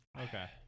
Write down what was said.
Okay